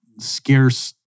scarce